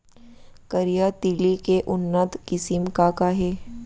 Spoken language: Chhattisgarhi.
करिया तिलि के उन्नत किसिम का का हे?